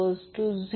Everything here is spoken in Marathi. म्हणून I2